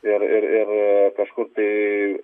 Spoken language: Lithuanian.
ir ir ir kažkur tai